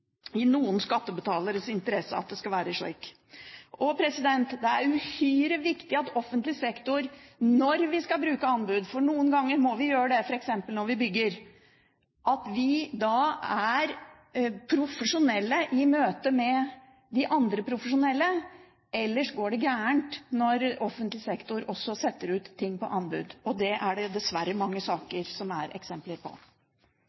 interesse at det er slik. Det er uhyre viktig når offentlig sektor skal bruke anbud – for noen ganger må vi gjøre det, f.eks. når vi bygger – at man da er profesjonell i møte med de andre profesjonelle. Ellers går det galt når offentlig sektor setter ut ting på anbud. Det er det jo dessverre mange eksempler på.